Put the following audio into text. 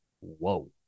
Whoa